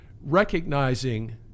recognizing